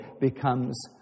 becomes